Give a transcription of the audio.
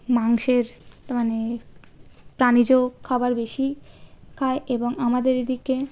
মাংসের মানে প্রাণীজ খাবার বেশি খায় এবং আমাদের এদিকে